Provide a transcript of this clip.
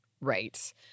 Right